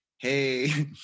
Hey